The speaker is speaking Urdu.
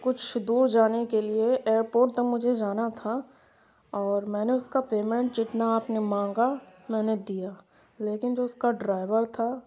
کچھ دور جانے کے لیے ایئر پورٹ تک مجھے جانا تھا اور میں نے اس کا پیمنٹ جتنا آپ نے مانگا میں نے دیا لیکن جو اس کا ڈرائیور تھا